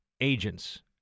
agents